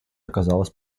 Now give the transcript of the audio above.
оказалась